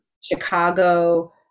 chicago